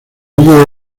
villa